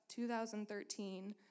2013